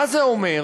מה זה אומר?